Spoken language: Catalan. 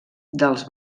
dels